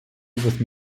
with